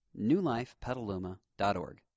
newlifepetaluma.org